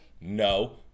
No